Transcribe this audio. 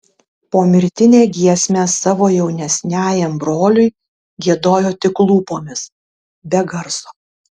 pomirtinę giesmę savo jaunesniajam broliui giedojo tik lūpomis be garso